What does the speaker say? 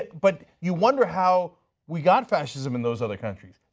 but you wonder how we got fascism in those other countries,